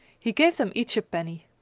he gave them each a penny.